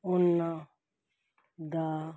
ਉਹਨਾਂ ਦਾ